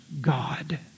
God